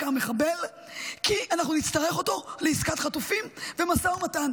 המחבל כי אנחנו נצטרך אותו לעסקת חטופים ומשא ומתן.